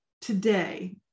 today